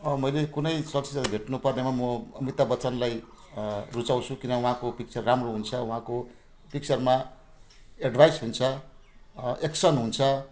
अब मलाई कुनै शख्सलाई भेट्नुपर्नेमा म अमिताभ बच्चनलाई रुचाउँछु किन उहाँको पिक्चर राम्रो हुन्छ उहाँको पिक्चरमा एडभाइस हुन्छ एक्सन हुन्छ